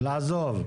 לעזוב.